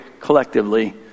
collectively